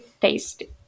tasty